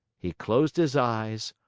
he closed his eyes,